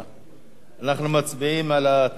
אנחנו מצביעים על הצעת החוק.